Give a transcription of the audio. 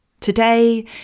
Today